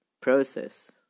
process